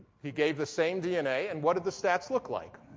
he gave the same dna and what did the stats look like?